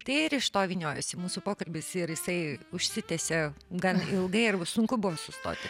tai ir iš to vyniojosi mūsų pokalbis ir jisai užsitęsė gan ilgai ir sunku buvo sustoti